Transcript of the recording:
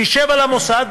שישב במוסד,